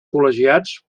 col·legiats